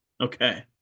Okay